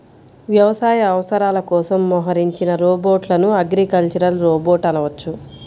వ్యవసాయ అవసరాల కోసం మోహరించిన రోబోట్లను అగ్రికల్చరల్ రోబోట్ అనవచ్చు